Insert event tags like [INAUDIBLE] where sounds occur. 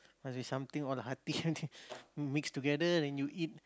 must be something on the hearty [LAUGHS] mix together then you eat